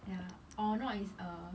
ya or not is a